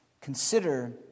Consider